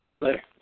Later